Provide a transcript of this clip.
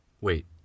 Wait